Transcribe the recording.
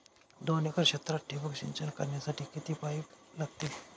दोन एकर क्षेत्रात ठिबक सिंचन करण्यासाठी किती पाईप लागतील?